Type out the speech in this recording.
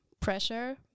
pressure